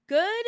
Good